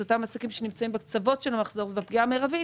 לגבי אותם עסקים שנמצאים בקצוות של המחזור ובפגיעה המרבית,